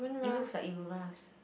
it looks like it will rust